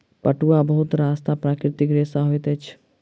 पटुआ बहुत सस्ता प्राकृतिक रेशा होइत अछि